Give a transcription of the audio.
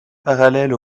parallèle